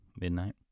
midnight